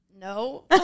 No